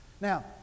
Now